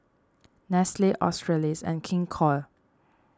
Nestle Australis and King Koil